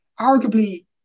arguably